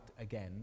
again